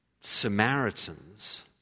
Samaritans